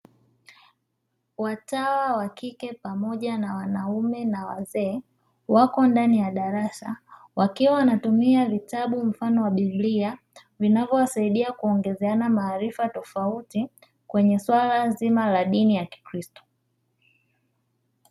Watawa wa kike pamoja na wanaume na wazee, wako ndani ya darasa wakiwa wanatumia vitabu mfano wa biblia; vinavyowasaidia kuongezeana maarifa tofauti, kwenye swala zima la dini ya kikristo.